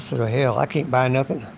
sort of hell i can't buy and nothing,